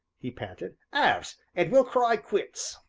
he panted, halves, and we'll cry quits.